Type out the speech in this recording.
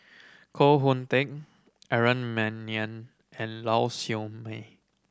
Koh Hoon Teck Aaron Maniam and Lau Siew Mei